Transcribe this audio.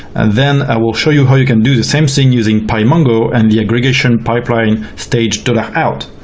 then, i will show you how you can do the same thing using pymongo and the aggregation pipeline stage to that out.